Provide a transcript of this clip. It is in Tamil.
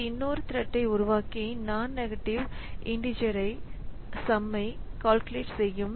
இது இன்னொரு த்ரெட்டை உருவாக்கி non நெகட்டிவ் இண்டீஜர் சம்மை கால்குலேட் செய்யும்